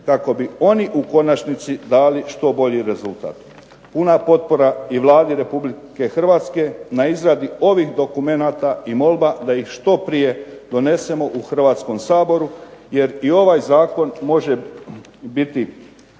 kako bi oni u konačnici dali što bolji rezultat. Puna potpora i Vladi Republike Hrvatske na izradi ovih dokumenata i molba da ih što prije donesemo u Hrvatskom saboru jer i ovaj zakon može biti